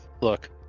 look